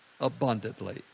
abundantly